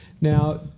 Now